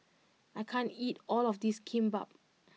I can't eat all of this Kimbap